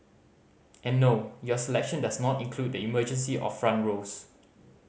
and no your selection does not include the emergency or front rows